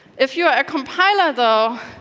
if you're a compiler, though,